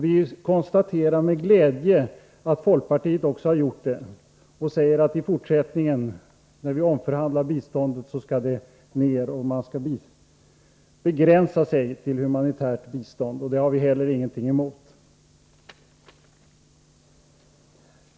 Vi konstaterar med glädje att också folkpartiet har gjort det. När Sverige skall omförhandla om biståndet, säger folkpartiet, skall det minskas, och vårt land bör i fortsättningen begränsa sig till humanitärt bistånd. Det har vi heller ingenting emot.